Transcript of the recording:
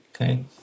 Okay